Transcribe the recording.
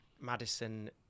Madison